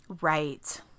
Right